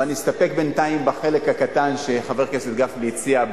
אבל נסתפק בינתיים בחלק הקטן שחבר הכנסת גפני הציע,